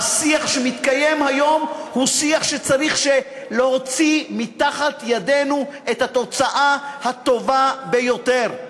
והשיח שמתקיים היום צריך להוציא מתחת ידינו את התוצאה הטובה ביותר.